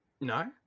No